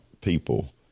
people